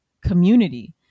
community